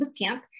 Bootcamp